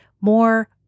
more